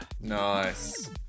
nice